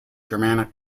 germanic